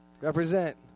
Represent